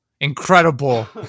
incredible